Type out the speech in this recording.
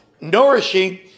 nourishing